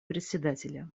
председателя